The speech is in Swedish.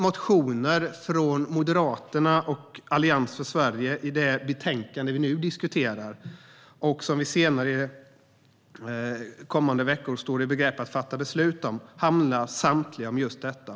Motionerna från Moderaterna och Allians för Sverige i betänkandet vi nu diskuterar och som vi snart står i begrepp att fatta beslut om handlar samtliga om just detta.